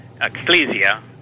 Ecclesia